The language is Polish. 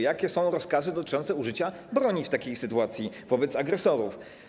Jakie są rozkazy dotyczące użycia broni w takiej sytuacji wobec agresorów?